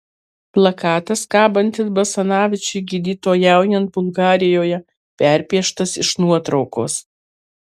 plakatas kabantis basanavičiui gydytojaujant bulgarijoje perpieštas iš nuotraukos